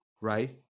right